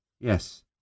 Yes